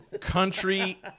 country